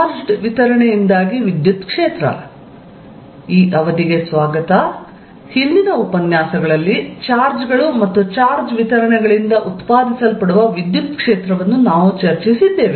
charged ವಿತರಣೆಯಿಂದಾಗಿ ವಿದ್ಯುತ್ ಕ್ಷೇತ್ರ ಹಿಂದಿನ ಉಪನ್ಯಾಸಗಳಲ್ಲಿ ಚಾರ್ಜ್ಗಳು ಮತ್ತು ಚಾರ್ಜ್ ವಿತರಣೆಗಳಿಂದ ಉತ್ಪಾದಿಸಲ್ಪಡುವ ವಿದ್ಯುತ್ ಕ್ಷೇತ್ರವನ್ನು ನಾವು ಚರ್ಚಿಸಿದ್ದೇವೆ